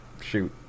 shoot